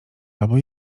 albo